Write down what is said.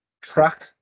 track